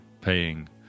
paying